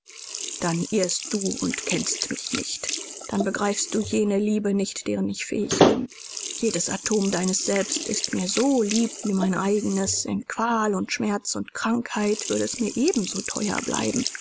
dann irrst du und kennst mich nicht dann begreifst du jene liebe nicht deren ich fähig bin jedes atom deines selbst ist mir so lieb wie mein eigenes in qual und schmerz und krankheit würde es mir ebenso teuer bleiben